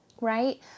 right